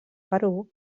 perú